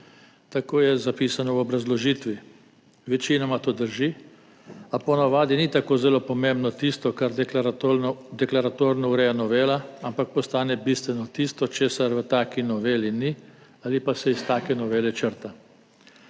tako je zapisano v obrazložitvi. Večinoma to drži, a po navadi ni tako zelo pomembno tisto, kar deklaratorno ureja novela, ampak postane bistveno tisto, česar v taki noveli ni ali pa se iz take novele črta.